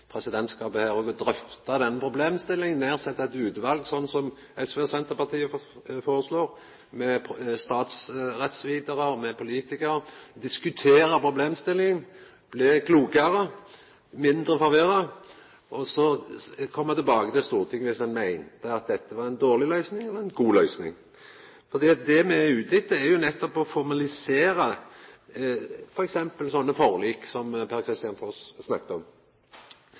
presidentskapet her òg å drøfta den problemstillinga ved å nedsetja eit utval, slik som SV og Senterpartiet foreslår, med statsrettsvitarar, med politikarar, for å diskutera problemstillinga, bli klokare og mindre forvirra, og så koma tilbake til Stortinget viss ein meiner at dette er ei dårleg løysing, eller ei god løysing? Det me er ute etter, er jo nettopp å formalisera t.d. slike forlik som Per-Kristian Foss snakka om.